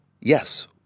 Yes